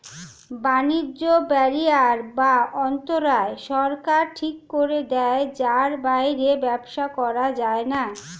বাণিজ্য ব্যারিয়ার বা অন্তরায় সরকার ঠিক করে দেয় যার বাইরে ব্যবসা করা যায়না